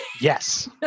yes